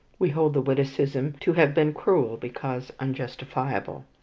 we hold the witticism to have been cruel because unjustifiable.